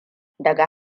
daga